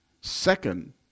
Second